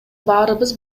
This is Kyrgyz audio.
баарыбыз